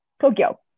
Tokyo